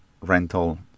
rental